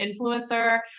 influencer